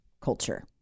culture